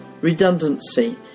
redundancy